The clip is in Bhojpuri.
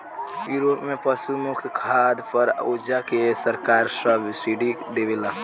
यूरोप में पशु मुक्त खाद पर ओजा के सरकार सब्सिडी देवेले